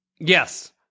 Yes